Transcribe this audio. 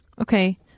Okay